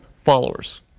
followers